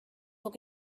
will